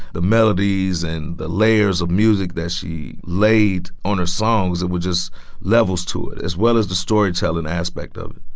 the melodies and the layers of music that she laid on her songs that were just levels to it as well as the storytelling aspect of it